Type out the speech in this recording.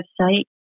website